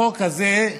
החוק הזה,